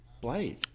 Blade